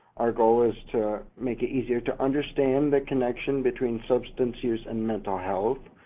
our goal is to make it easier to understand the connection between substance use and mental health,